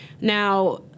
Now